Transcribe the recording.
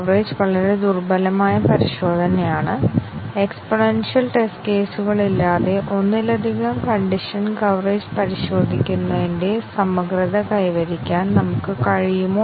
test cases ആവശ്യമായി വരുന്ന ഈ കേസുകൾ ആറ്റോമിക് എക്സ്പ്രഷനുകൾ ട്രൂ ആയും ഫാൾസ് ആയും വ്യക്തിഗതമായി വിലയിരുത്തുന്നു ഉദാഹരണത്തിന് നമുക്ക് a 15 ന് തുല്യവും b 30 ന് തുല്യവുമാണെന്നു നമുക്ക് പറയാം